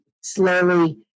slowly